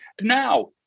now